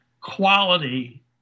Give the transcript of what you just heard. quality